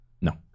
No